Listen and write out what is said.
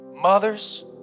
mothers